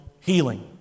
healing